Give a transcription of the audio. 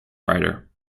writer